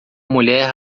mulher